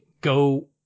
go